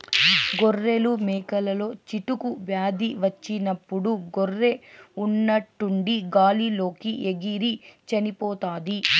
గొర్రెలు, మేకలలో చిటుకు వ్యాధి వచ్చినప్పుడు గొర్రె ఉన్నట్టుండి గాలి లోకి ఎగిరి చనిపోతాది